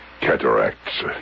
Cataracts